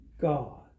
God